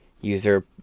user